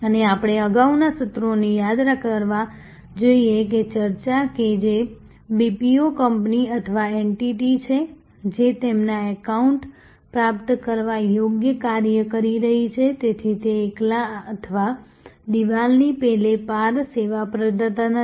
અને આપણે અગાઉના સત્રોને યાદ કરવા જોઈએ કે ચર્ચા કે જે બીપીઓ કંપની અથવા એન્ટિટી છે જે તેમના એકાઉન્ટ પ્રાપ્ત કરવા યોગ્ય કાર્ય કરી રહી છે તેથી તે એકલા અથવા દિવાલની પેલે પાર સેવા પ્રદાતા નથી